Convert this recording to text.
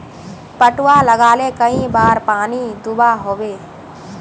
पटवा लगाले कई बार पानी दुबा होबे?